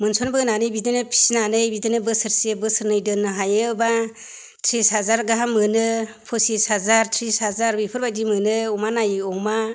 मोनसनबोनानै बिदिनो फिसिनानै बिदिनो बोसोरसे बोसोरनै दोननो हायो एबा त्रिस हाजार गाहाम मोनो पसिस हाजार त्रिस हाजार बेफोरबायदि मोनो अमा नायै अमा